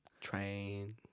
Train